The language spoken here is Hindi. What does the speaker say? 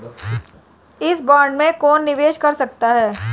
इस बॉन्ड में कौन निवेश कर सकता है?